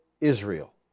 Israel